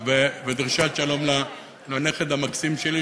ודרישת שלום לנכד המקסים שלי,